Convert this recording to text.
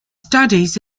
studies